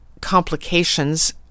complications